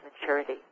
maturity